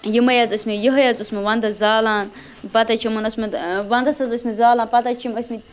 یِمَے حظ ٲسۍمٕتۍ یِہوٚے حظ اوسمُت وَنٛدَس زالان پَتہٕ حظ چھِ یِمَن اوسمُت وَنٛدس حظ ٲسۍمٕتۍ زالان پَتہٕ حظ چھِ یِم ٲسۍمٕتۍ